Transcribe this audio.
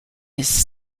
his